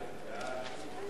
ההצעה